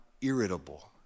irritable